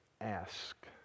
ask